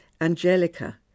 angelica